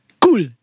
cool